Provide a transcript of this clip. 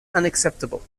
unacceptable